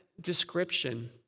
description